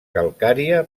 calcària